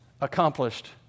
accomplished